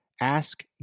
Ask